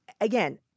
again